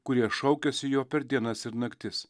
kurie šaukiasi jo per dienas ir naktis